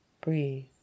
Breathe